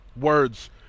words